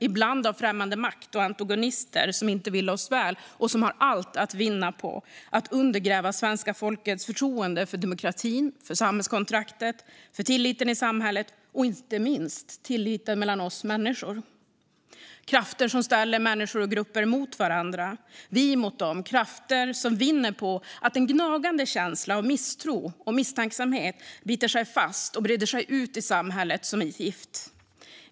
Ibland hotas de av främmande makt och antagonister som inte vill oss väl och som har allt att vinna på att undergräva svenska folkets förtroende för demokratin, för samhällskontraktet, för tilliten i samhället och inte minst - för tilliten mellan oss människor. Det är krafter som ställer människor och grupper mot varandra, vi mot dem, och krafter som vinner på att en gnagande känsla av misstro och misstänksamhet biter sig fast och breder ut sig i samhället som ett gift.